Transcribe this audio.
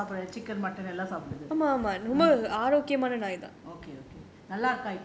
உங்கள மாரிதான் எல்லா எல்லாம் சாப்பிடுது:ungala maarithaan ellaam ellaam sapiduthu